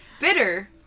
Bitter